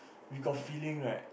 we got feeling right